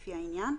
לפי העניין,